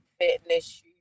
fitness